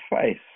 face